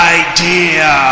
idea